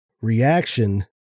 reaction